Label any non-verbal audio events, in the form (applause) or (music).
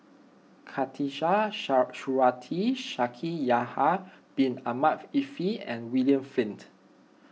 Khatijah (unintelligible) Surattee Shaikh Yahya Bin Ahmed Afifi and William Flint